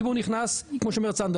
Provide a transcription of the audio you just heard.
כמו שאומרת סנדרה,